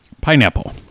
Pineapple